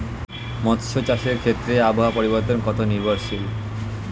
মৎস্য চাষের ক্ষেত্রে আবহাওয়া পরিবর্তন কত নির্ভরশীল?